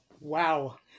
Wow